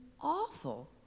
awful